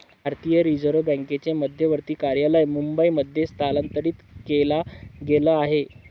भारतीय रिझर्व बँकेचे मध्यवर्ती कार्यालय मुंबई मध्ये स्थलांतरित केला गेल आहे